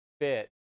fit